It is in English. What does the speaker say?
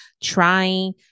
trying